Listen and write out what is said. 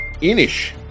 In-ish